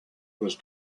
was